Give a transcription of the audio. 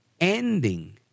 ending